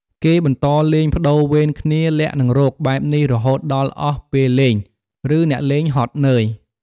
គេបន្តលេងប្ដូរវេនគ្នា លាក់ និងរក បែបនេះរហូតដល់អស់ពេលលេង ឬអ្នកលេងហត់នឿយ។